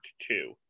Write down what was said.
Two